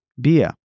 Bia